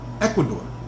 Ecuador